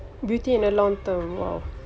beauty in a long term !woo!